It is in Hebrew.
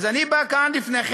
אז אני בא כאן לפניכם